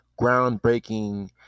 groundbreaking